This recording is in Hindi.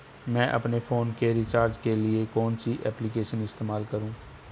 मैं अपने फोन के रिचार्ज के लिए कौन सी एप्लिकेशन इस्तेमाल करूँ?